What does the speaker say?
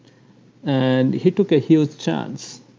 and he took a huge chance.